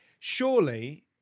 Surely